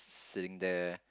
sitting there